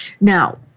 Now